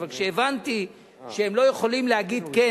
אבל כשהבנתי שהם לא יכולים להגיד כן,